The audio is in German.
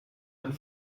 ein